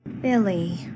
Billy